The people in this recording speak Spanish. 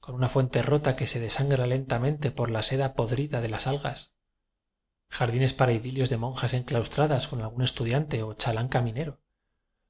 con una fuente rota que se desangra lentamente por la seda podrida de las al gas jardines para idilios de monjas enclaustradas con algún estudiante o cha lán caminero